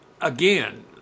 again